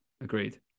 agreed